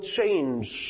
change